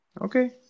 okay